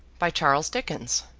by charles dickens,